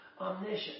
omniscient